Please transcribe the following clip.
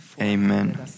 Amen